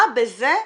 מה בזה יפגע,